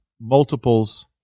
multiples